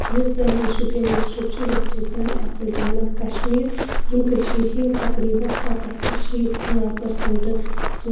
یُس شپِین ڈسٹکٹ یَتھ چھِ أسۍ وَنان ایپل ٹاوُن آف کَشمیٖر یِم کٔشیٖر ہِنٛد تقریٖبن سَتتھ پٮ۪ٹھ شیٖتھ پٔرسنٛٹ